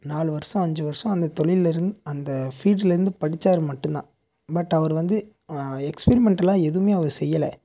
நாலு வருஷம் அஞ்சு வருஷம் அந்த தொழிலில் இருந்து அந்த ஃபீல்டிலருந்து படித்தாரு மட்டும்தான் பட் அவர் வந்து எக்ஸ்பீரிமெண்ட்டலாக எதுவுமே அவர் செய்யலை